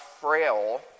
frail